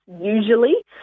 usually